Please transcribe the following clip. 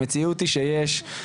המציאות היא שיש,